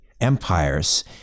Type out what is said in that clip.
empires